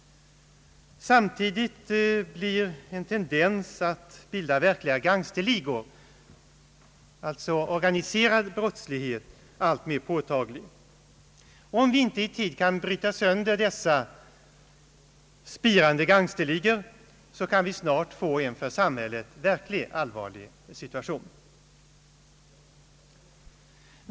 Samtidigt är tendensen mot bildandet av verkliga gangsterligor, dvs. organiserad brottslighet, alltmer påtaglig. Om vi inte i tid kan bryta sönder dessa spirande gangsterligor kan det uppstå en för samhället verkligt allvarlig situation mycket snart.